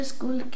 School